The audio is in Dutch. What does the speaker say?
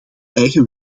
eigen